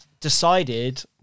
decided